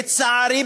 לצערי,